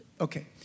Okay